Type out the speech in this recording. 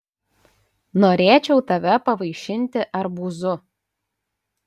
norėčiau tave pavaišinti arbūzu